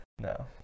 No